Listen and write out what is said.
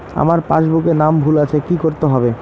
আমার পাসবুকে নাম ভুল আছে কি করতে হবে?